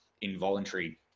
involuntary